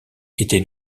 était